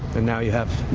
and now you have